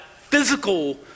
physical